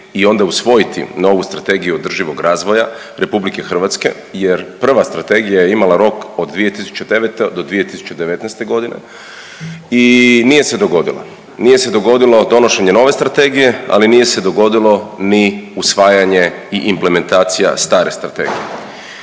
i onda usvojiti novu Strategiju održivog razvoja RH jer prva strategija je imala rok od 2009. do 2019. godine i nije se dogodila. Nije se dogodilo donošenje nove strategije, ali nije se dogodilo ni usvajanje i implementacija stare strategije.